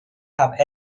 have